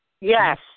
Yes